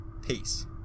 Peace